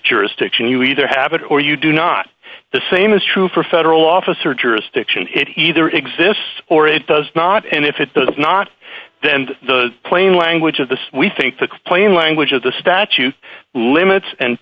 jurisdiction you either have it or you do not the same is true for federal office or jurisdiction it either exists or it does not and if it does not then the plain language of this we think the plain language of the statute limits and